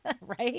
Right